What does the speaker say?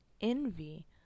envy